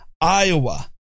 Iowa